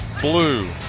blue